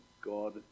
God